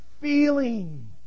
feeling